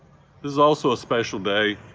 this is also a special day